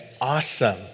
awesome